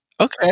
Okay